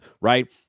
right